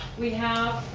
we have